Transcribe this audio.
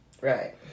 Right